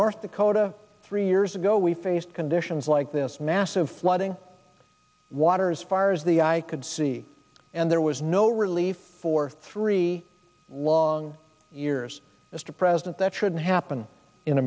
north dakota three years ago we faced conditions like this massive flooding waters fire as the eye could see and there was no relief for three long years mr president that shouldn't happen in